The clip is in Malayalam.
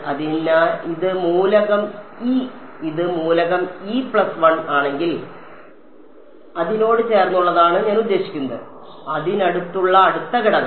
അതിനാൽ ഇത് മൂലകം e ഇത് മൂലകം e പ്ലസ് 1 ആണെങ്കിൽ അതിനോട് ചേർന്നുള്ളതാണ് ഞാൻ ഉദ്ദേശിക്കുന്നത് അതിനടുത്തുള്ള അടുത്ത ഘടകം